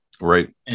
Right